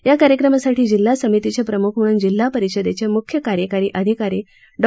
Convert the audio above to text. या कार्यक्रमासाठी जिल्हा समितीचे प्रम्ख म्हणून जिल्हा परिषदेचे म्ख्य कार्यकारी अधिकारी डॉ